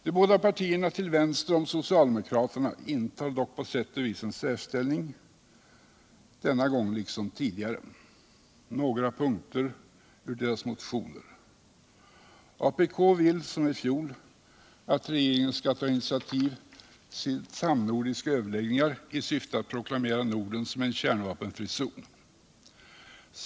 De båda partierna till vänster om socialdemokraterna intar dock på sätt och vis en särställning denna gång liksom wudigare. Några punkter ur deras motioner: Apk vill som i fjol att regeringen skall ta initiativ till samnordiska överläggningar 1 syfte att proklamera Norden som en kärnvapenfri zon.